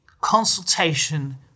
consultation